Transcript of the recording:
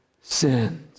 sins